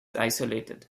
isolated